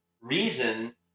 reason